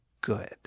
good